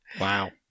Wow